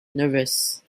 nervous